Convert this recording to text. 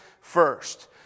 first